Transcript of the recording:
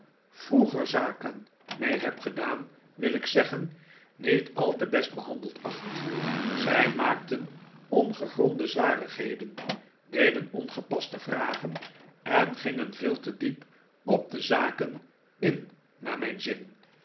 vroeger zaken mee heb gedaan wil ik zeggen niet al te best behandeld t acht zij maakten ongegronde zwarigheden f deden ongepaste vragen en gingen veel te diep op de zaken in naar mijn zin